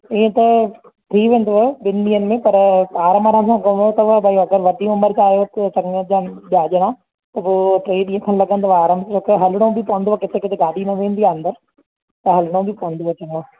ईअं त थी वेंदुव ॿिनि ॾींहंनि में पर आराम आराम सां घुमणो अथव भाई अगरि वॾी उमिरि जा आहियो जे चङी जा ॾह ॼणा त पोइ टे ॾींहं खनि लॻंदव आराम सां छो त हलिणो बि पवंदो आहे किथे किथे गाॾी न वेंदी आहे अंदरि त हलिणो बि पवंदुव चङा